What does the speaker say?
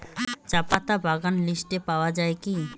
চাপাতা বাগান লিস্টে পাওয়া যায় কি?